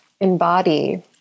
embody